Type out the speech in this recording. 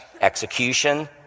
execution